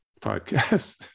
podcast